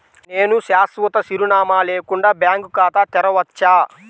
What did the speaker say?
నేను శాశ్వత చిరునామా లేకుండా బ్యాంక్ ఖాతా తెరవచ్చా?